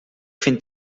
vind